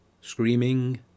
screaming